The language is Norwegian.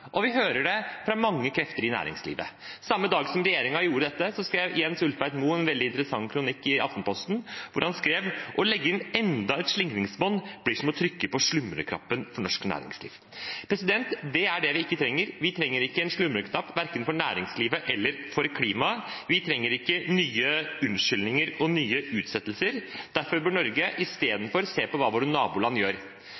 og vi hører det fra mange krefter i næringslivet. Samme dagen som regjeringen gjorde dette, hadde Jens Ulltveit-Moe en veldig interessant kronikk i Aftenposten, hvor han skrev: «Å legge inn enda et slingringsmonn blir som å trykke på slumreknappen for norsk næringsliv.» Det er det vi ikke trenger. Vi trenger ikke en slumreknapp verken for næringslivet eller for klimaet, vi trenger ikke nye unnskyldninger og nye utsettelser. Derfor bør Norge